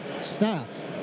staff